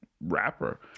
rapper